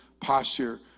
posture